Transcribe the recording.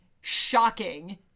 shocking